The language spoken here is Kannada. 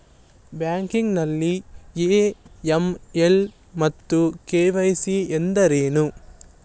ಬ್ಯಾಂಕಿಂಗ್ ನಲ್ಲಿ ಎ.ಎಂ.ಎಲ್ ಮತ್ತು ಕೆ.ವೈ.ಸಿ ಎಂದರೇನು?